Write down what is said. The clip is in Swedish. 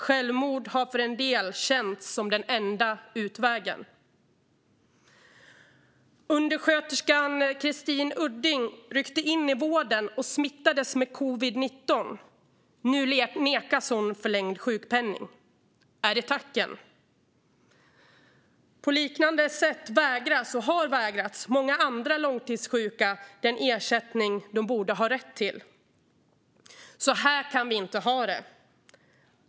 Självmord har för en del känts som den enda utvägen. Undersköterskan Christine Udding ryckte in i vården och smittades med covid-19. Nu nekas hon förlängd sjukpenning. Är det tacken? På liknande sätt har många andra långtidssjuka vägrats den ersättning de borde ha rätt till. Så här kan vi inte ha det.